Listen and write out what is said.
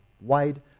wide